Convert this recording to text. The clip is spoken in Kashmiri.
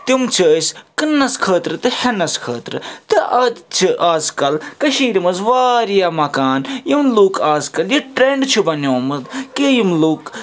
تِم چھِ أسۍ کٕنٛنَس خٲطرٕ تہٕ ہٮ۪نَس خٲطرٕ تہٕ آز چھِ آز کَل کٔشیٖرِ منٛز واریاہ مکان یِم لُکھ آز کَل یہِ ٹرٛٮ۪نڈ چھِ بنیومُت کہِ یِم لُکھ